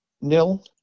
nil